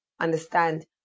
understand